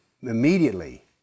immediately